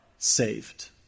saved